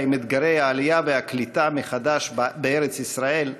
עם אתגרי העלייה והקליטה מחדש בארץ-ישראל,